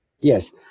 yes